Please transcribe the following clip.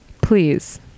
Please